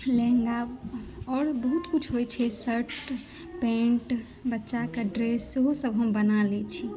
लहंगा आओर बहुत किछु होइ छै शर्ट पेंट बच्चाक ड्रेस सेहो सभ हम बना लै छी